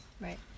Right